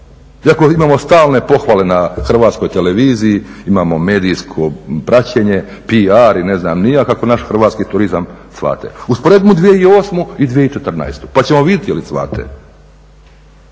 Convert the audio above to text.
Iako imamo stalne pohvale na HRT-u, imamo medijsko praćenje, PR i ne znam ni ja kako naš hrvatski turizam cvate. Usporedimo 2008. i 2014. pa ćemo vidjeti jel cvate.